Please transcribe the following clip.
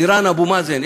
איראן, אבו מאזן.